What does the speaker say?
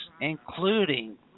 including